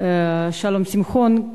שלום שמחון,